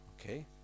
Okay